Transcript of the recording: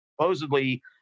supposedly